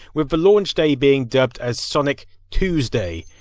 with the launch day being dubbed as sonic tuesday.